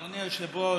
אדוני היושב-ראש,